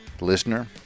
listener